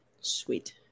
Sweet